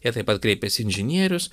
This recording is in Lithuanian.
jie taip pat kreipiasi į inžinierius